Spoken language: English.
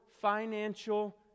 financial